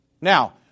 Now